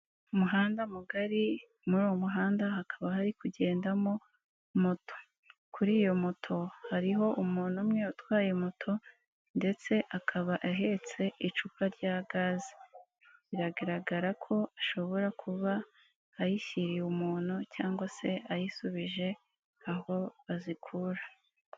Umuhanda mugari muri uwo muhanda hakaba hari kugendamo moto, kuri iyo moto hariho umuntu umwe utwaye moto ,ndetse akaba ahetse icupa rya Gaz, biragaragara ko ashobora kuba ayishyiriye umuntu cyangwa se ayisubije aho bazikura.